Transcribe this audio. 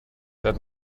that